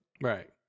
Right